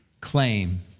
claim